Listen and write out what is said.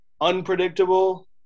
unpredictable –